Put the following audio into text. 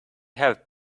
have